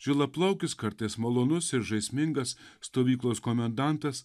žilaplaukis kartais malonus ir žaismingas stovyklos komendantas